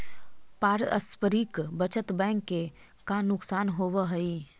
पारस्परिक बचत बैंक के का नुकसान होवऽ हइ?